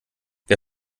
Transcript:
wer